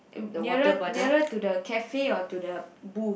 nearer nearer to the cafe or to the booth